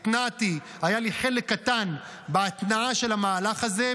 היה לי חלק קטן בהתנעה של המהלך הזה,